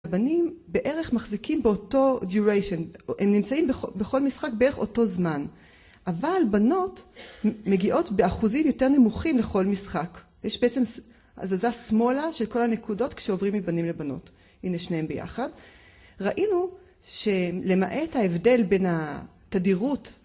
הבנים בערך מחזיקים באותו duration, הם נמצאים בכל משחק בערך אותו זמן. אבל בנות מגיעות באחוזים יותר נמוכים לכל משחק. יש בעצם הזזה שמאלה של כל הנקודות כשעוברים מבנים לבנות. הנה שניהם ביחד. ראינו שלמעט ההבדל בין התדירות